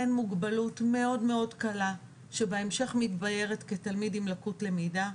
בין מוגבלות מאוד מאוד קלה שבהמשך מתבהרת כתלמיד עם לקות למידה,